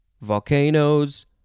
volcanoes